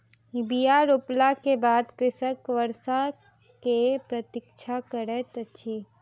बीया रोपला के बाद कृषक वर्षा के प्रतीक्षा करैत अछि